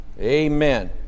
Amen